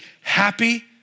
happy